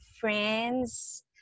friends